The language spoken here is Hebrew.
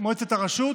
מועצת הרשות,